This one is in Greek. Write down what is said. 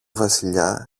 βασιλιά